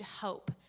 hope